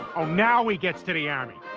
oh now he gets to the army